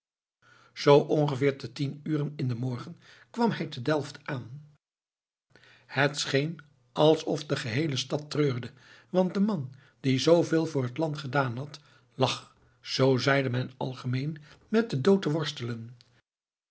zoo ongeveer te tien uren in den morgen kwam hij te delft aan het scheen alsof de geheele stad treurde want de man die zooveel voor het land gedaan had lag zoo zeide men algemeen met den dood te worstelen